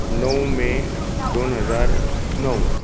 णव मे दोन हजार णव